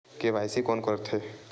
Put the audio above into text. KYC कोन करथे?